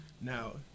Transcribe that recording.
now